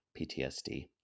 PTSD